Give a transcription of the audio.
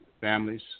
Families